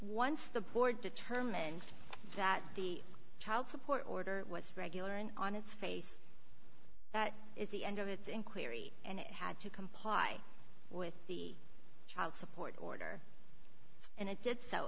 once the board determined that the child support order was regular and on its face that is the end of its inquiry and it had to comply with the child support order and it did so